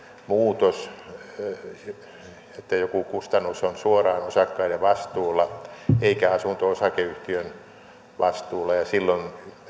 muutos että joku kustannus on suoraan osakkaiden vastuulla eikä asunto osakeyhtiön vastuulla ja silloin